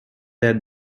that